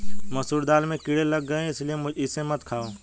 मसूर दाल में कीड़े लग गए है इसलिए इसे मत खाओ